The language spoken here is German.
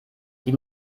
die